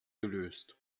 gelöst